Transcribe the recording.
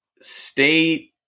state